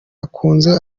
akunzwe